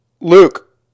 Luke